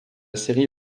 série